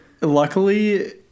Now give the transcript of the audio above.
luckily